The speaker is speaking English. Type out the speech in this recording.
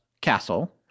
castle